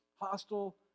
hostile